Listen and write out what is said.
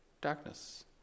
darkness